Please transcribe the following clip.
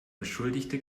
beschuldigte